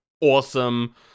awesome